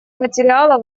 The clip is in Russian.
материала